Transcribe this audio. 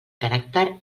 caràcter